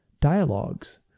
dialogues